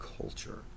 culture